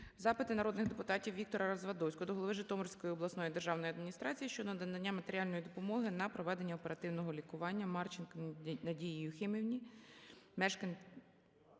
Запити народних депутатів: ВіктораРазвадовського до голови Житомирської обласної державної адміністрації щодо надання матеріальної допомоги на проведення оперативного лікування Марченко Надії Юхимівні,